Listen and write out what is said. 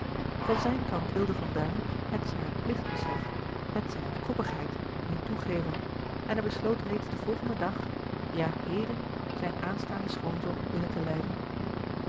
van zijn kant wilde van duin hetzij uit pligtbesef hetzij uit koppigheid niet toegeven en hij besloot reeds den volgenden dag ja heden zijn aanstaanden schoonzoon binnen te leiden